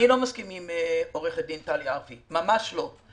אני לא מסכים עם עורכת הדין טלי ארפי, ממש לא.